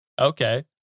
Okay